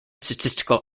statistical